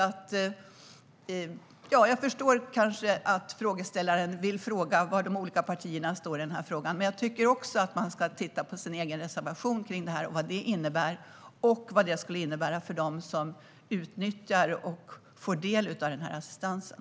Jag kan förstå att frågeställaren vill fråga var de olika partierna står i den här frågan, men jag tycker också att man ska titta på sin egen reservation och vad den skulle innebära för dem som nyttjar och får del av assistansen.